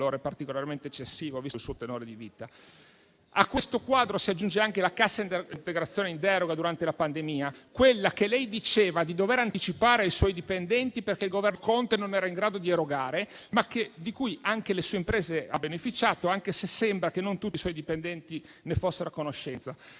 particolarmente eccessivo, visto il suo tenore di vita. A questo quadro si aggiunge anche la cassa integrazione in deroga durante la pandemia, quella che lei diceva di dover anticipare ai suoi dipendenti, perché il Governo Conte non era in grado di erogarla, di cui però anche le sue imprese hanno beneficiato, anche se sembra che non tutti i suoi dipendenti ne fossero a conoscenza.